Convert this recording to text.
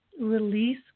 release